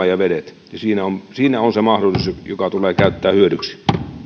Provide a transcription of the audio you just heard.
ja vedet siinä on siinä on se mahdollisuus joka tulee käyttää hyödyksi